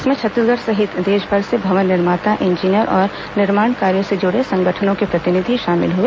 इसमें छत्तीसगढ़ सहित देशभर से भवन निर्माता इंजीनियर और निर्माण कार्यो से जुड़े संगठनों के प्रतिनिधि शामिल हए